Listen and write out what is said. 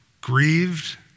grieved